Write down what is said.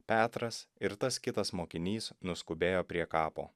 petras ir tas kitas mokinys nuskubėjo prie kapo